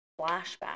flashback